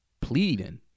pleading